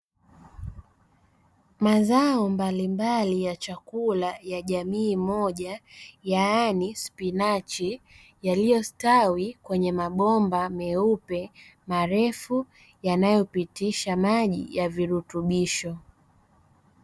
Mazao mbalimbali ya chakula ya jamii moja yaani spinachi, yaliyostawi kwenye mabomba meupe marefu yanayopitisha maji ya virutubisho.